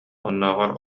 оннооҕор